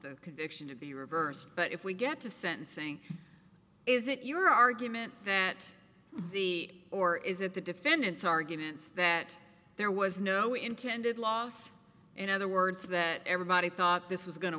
the conviction to be reversed but if we get to sentencing is it your argument that the or is it the defendant's arguments that there was no intended loss in other words that everybody thought this was going to